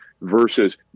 versus